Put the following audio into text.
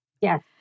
Yes